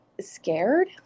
scared